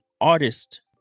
artist